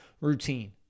routine